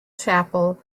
chapel